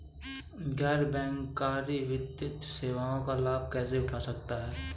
गैर बैंककारी वित्तीय सेवाओं का लाभ कैसे उठा सकता हूँ?